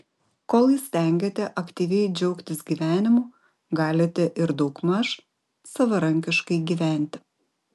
kol įstengiate aktyviai džiaugtis gyvenimu galite ir daugmaž savarankiškai gyventi